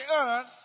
earth